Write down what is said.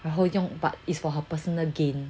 然后用 but is for her personal gain